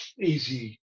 easy